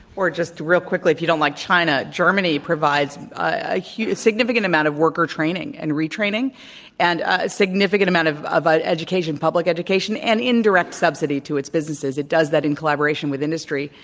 or just real quickly, if you don't like china, germany provides a significant amount of worker training and retraining and a significant amount of of ah education, public education and indirect subsidy to its businesses. it does that in collaboration with industry.